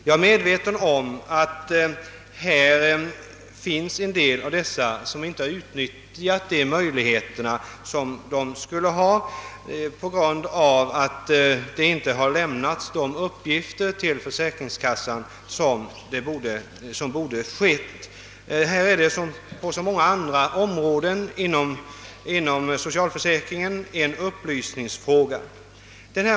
Jag är medveten om att somliga av dem inte har kunnat utnyttja de förmåner, som egentligen skulle tillkomma dem på grund av att de inte lämnat erforderliga uppgifter till försäkringskassan. Det gäller alltså här som på så många andra områden inom socialförsäkringen även en upplysningsfråga.